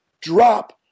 Drop